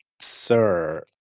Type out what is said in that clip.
Sir